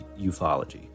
ufology